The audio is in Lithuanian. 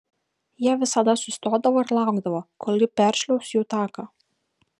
jie visada sustodavo ir laukdavo kol ji peršliauš jų taką